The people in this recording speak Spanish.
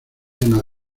llena